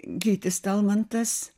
gytis talmantas